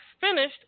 finished